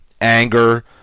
anger